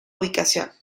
ubicación